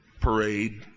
parade